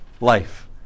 life